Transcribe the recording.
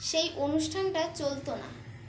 সেই অনুষ্ঠানটা চলতো না